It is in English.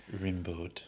Rimbaud